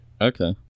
okay